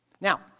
Now